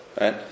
Right